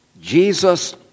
Jesus